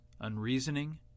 unreasoning